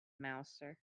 mouser